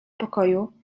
pokoju